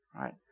right